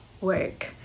work